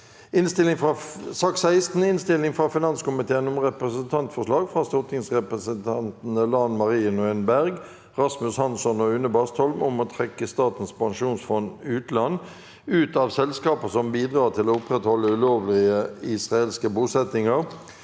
2024 Innstilling fra finanskomiteen om Representantforslag fra stortingsrepresentantene Lan Marie Nguyen Berg, Rasmus Hansson og Une Bastholm om å trekke Statens pensjonsfond utland ut av selskaper som bidrar til å opprettholde ulovlige israelske bosettinger